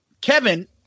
Kevin